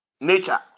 nature